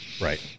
Right